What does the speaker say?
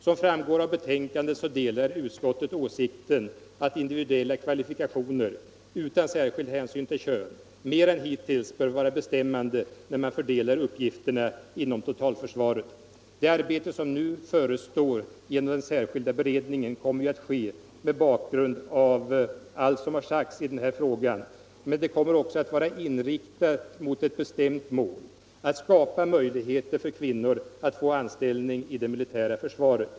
Som framgår av betänkandet delar utskottet åsikten att individuella kvalifikationer utan särskild hänsyn till kön mer än hittills bör vara bestämmande när man fördelar uppgifterna inom totalförsvaret. Det arbete som nu förestår inom den särskilda beredningen kommer ju att ske mot bakgrund av allt som har sagts i denna fråga. Men det kommer också att vara inriktat mot ett bestämt mål — att skapa möjligheter för kvinnor att få anställning i det militära försvaret.